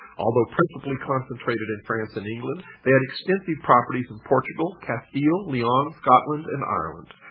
although principally concentrated in france and england, they had extensive properties in portugal, castile, leon, scotland and ireland,